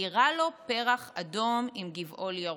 וציירה לו פרח אדום עם גבעול ירוק.